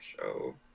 show